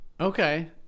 Okay